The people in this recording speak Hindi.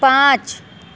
पाँच